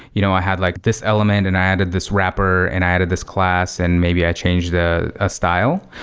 you know i had like this element and i added this wrapper and i added this class and maybe i changed the ah style.